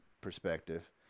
perspective